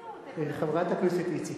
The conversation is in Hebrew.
חברת הכנסת איציק,